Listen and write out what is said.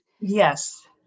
yes